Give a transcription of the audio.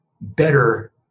Better